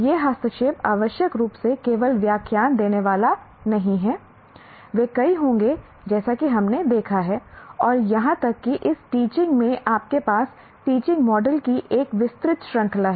ये हस्तक्षेप आवश्यक रूप से केवल व्याख्यान देने वाले नहीं हैं वे कई होंगे जैसा कि हमने देखा है और यहां तक कि इस टीचिंग में आपके पास टीचिंग मॉडल की एक विस्तृत श्रृंखला है